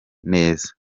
neza